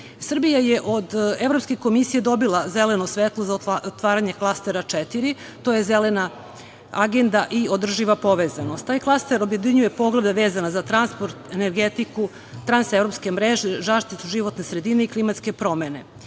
je od Evropske komisije dobila zeleno svetlo za otvaranje klastera 4, to je Zelena agenda i održiva povezanost. Taj klaster objedinjuje poglavlja vezana za transport, energetiku, transevropske mreže, zaštitu životne sredine i klimatske promene.